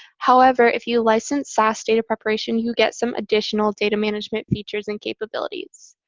however, if you license sas data preparation, you get some additional data management features and capabilities.